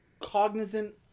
cognizant